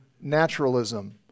naturalism